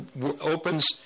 opens